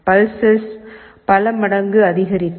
pulses பல மடங்கு அதிகரிக்கும்